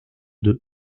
deux